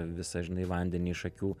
visą žinai vandenį iš akių